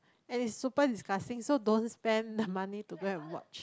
and it's super disgusting so don't spend the money to go and watch